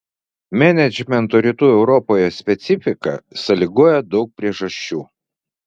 menedžmento rytų europoje specifiką sąlygoja daug priežasčių